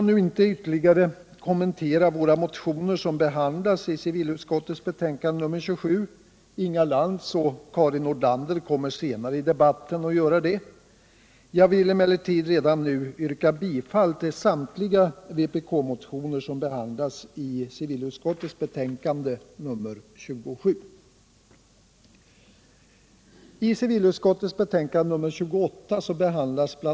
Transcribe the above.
: lander kommer senare i debatten att göra det. Jag vill emellertid redan nu yrka bifall till samtliga vpk-motioner som behandlas i civilutskottets betänkande nr 27.